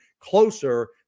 closer